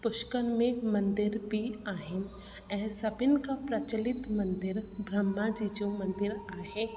पुष्कर में मंदर बि आहिनि ऐं सभिनि खां प्रचलित मंदरु ब्रह्मा जी जो मंदरु आहे